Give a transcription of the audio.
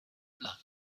blood